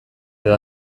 edo